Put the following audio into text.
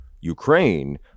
ukraine